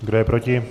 Kdo je proti?